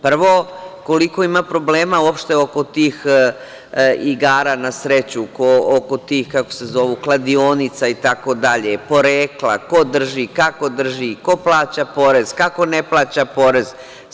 Prvo, koliko ima problema uopšte oko tih igara na sreću, oko tih kladionica, porekla, ko drži, kako drži, ko plaća porez, kako ne plaća porez, itd.